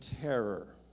terror